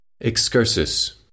Excursus